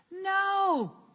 No